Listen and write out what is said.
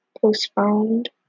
postponed